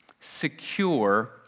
secure